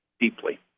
deeply